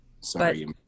Sorry